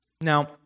Now